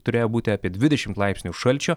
turėjo būti apie dvidešimt laipsnių šalčio